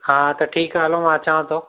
हा त ठीकु आहे हलो मां अचांव थो